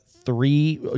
three